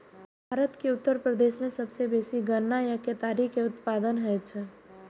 भारत के उत्तर प्रदेश मे सबसं बेसी गन्ना या केतारी के उत्पादन होइ छै